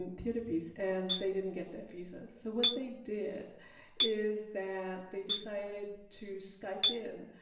theater piece and they didn't get their visas. so what they did is that they decided to skype in